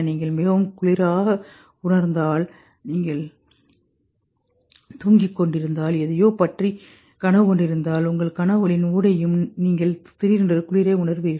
நீங்கள் மிகவும் குளிராக உணர்ந்தாளல் நீங்கள் தூங்கிக் கொண்டிருந்தால் எதையோ பற்றி கனவு கொண்டிருந்தால் உங்கள் கனவுகளின் ஊடேயும் நீங்கள் திடீரென்று குளிரை உணர்வீர்கள்